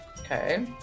okay